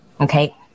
Okay